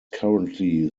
currently